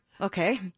Okay